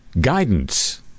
guidance